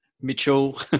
Mitchell